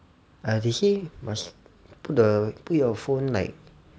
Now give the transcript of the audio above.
err did he m- he put the put your phone like